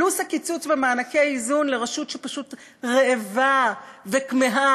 פלוס הקיצוץ במענקי איזון לרשות שפשוט רעבה וכמהה